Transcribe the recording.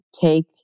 take